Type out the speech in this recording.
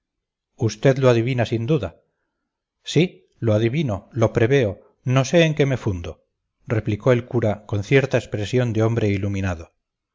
usted lo adivina sin duda sí lo adivino lo preveo no sé en qué me fundo replicó el cura con cierta expresión de hombre iluminado